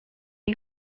you